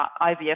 IVF